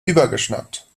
übergeschnappt